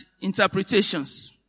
interpretations